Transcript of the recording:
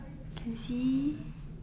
can see